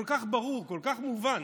כל כך ברור, כל כך מובן,